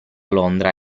londra